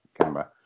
camera